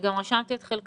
אני גם רשמתי את חלקם.